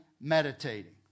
meditating